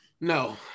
no